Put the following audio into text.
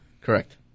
Correct